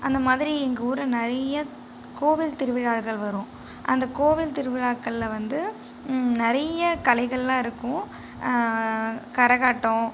அந்த மாதிரி எங்கள் ஊரை நிறைய கோவில் திருவிழாக்கள் வரும் அந்த கோவில் திருவிழாக்களில் வந்து நிறைய கலைகள்லாம் இருக்கும் கரகாட்டம்